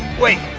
wait,